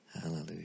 Hallelujah